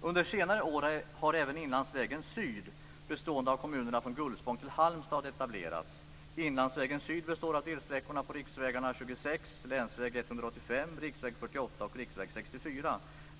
Under senare år har även Inlandsvägen Syd, bestående av kommunerna från Gullspång till Halmstad, etablerats. Inlandsvägen Syd består av delsträckorna på vägarna riksväg 26, länsväg 185, riksväg 48 och riksväg 64.